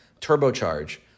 turbocharge